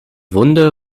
wunde